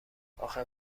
اخه